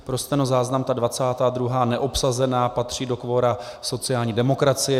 Pro stenozáznam ta 22., neobsazená, patří do kvora sociální demokracie.